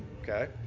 okay